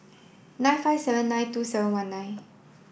nine five seven nine two seven one nine